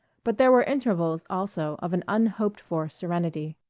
but there were intervals also of an unhoped-for serenity.